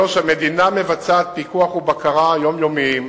3. המדינה מבצעת פיקוח ובקרה יומיומיים